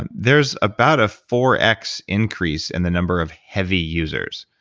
and there's about a four x increase in the number of heavy users.